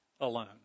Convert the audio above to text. alone